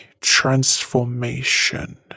transformation